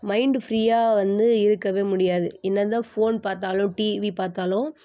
mind ஃப்ரீயாக வந்து இருக்கவே முடியாது என்னதான் ஃபோன் பார்த்தாலும் டிவி பார்த்தாலும்